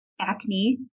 acne